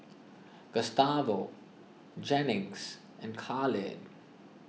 Gustavo Jennings and Khalid